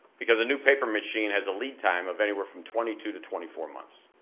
because a new paper machine has a lead time of anywhere from twenty two to twenty four months,